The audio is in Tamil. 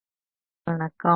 மதிய வணக்கம்